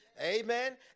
Amen